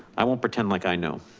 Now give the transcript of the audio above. i won't pretend like i know.